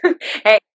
hey